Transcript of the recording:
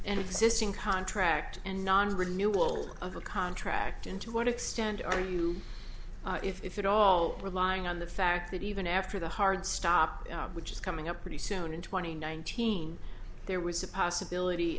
existing contract and nonrenewable of a contract in to what extent are you if it all relying on the fact that even after the hard stop which is coming up pretty soon in twenty nineteen there was a possibility